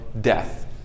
death